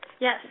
Yes